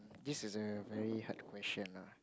this is a very hard question lah